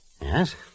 Yes